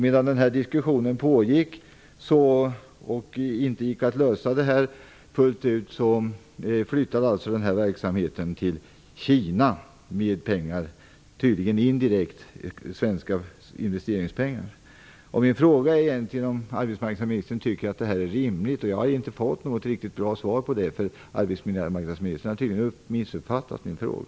Medan diskussionen pågick, och detta inte gick att lösa fullt ut, flyttade verksamheten alltså till Kina, tydligen indirekt med svenska investeringspengar. Min fråga är egentligen om arbetsmarknadsministern tycker att det här är rimligt. Jag har inte fått något riktigt bra svar på den. Arbetsmarknadsministern har tydligen missuppfattat min fråga.